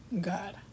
God